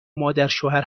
مادرشوهر